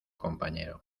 compañero